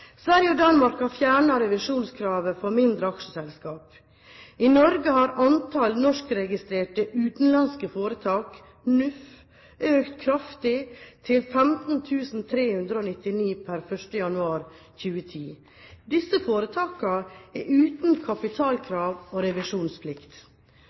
Sverige og Danmark har fjernet revisjonskravet for mindre aksjeselskaper. I Norge har antallet norskregistrerte utenlandske foretak – NUF – økt kraftig, til 15 399 per 1. januar 2010. Disse foretakene er uten